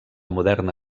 moderna